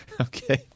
Okay